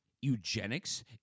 eugenics